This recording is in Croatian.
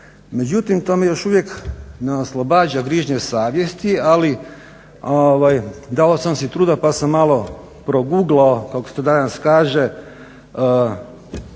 Međutim to me još uvijek ne oslobađa grižnje savjesti ali dao sam si truda pa sam malo proguglao kako se to danas kaže